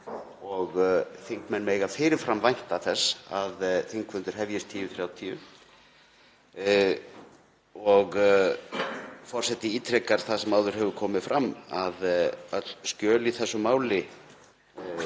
og þingmenn mega fyrir fram vænta þess að þingfundir hefjist kl. 10.30. Forseti ítrekar það sem áður hefur komið fram að öll skjöl í þessu máli,